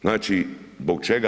Znači, zbog čega?